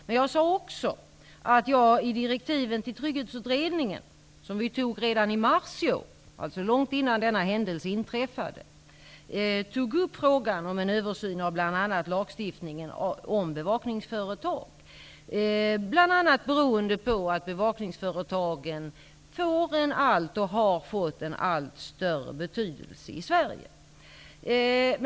Men jag sade också att jag i direktiven till Trygghetsutredningen, som vi beslutade om redan i mars i år -- dvs. långt innan detta inträffade -- tog upp frågan om en översyn av lagstiftningen om bevakningsföretag, bl.a. beroende på att bevakningsföretagen har fått och får en allt större betydelse i Sverige.